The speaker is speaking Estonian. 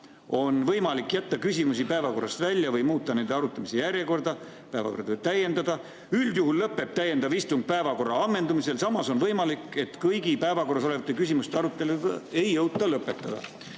on võimalik jätta küsimusi päevakorrast välja või muuta nende arutamise järjekorda, päevakorda võib täiendada, üldjuhul lõpeb täiendav istung päevakorra ammendumisel, samas on võimalik, et kõigi päevakorras olevate küsimuste arutelu ei jõuta lõpetada.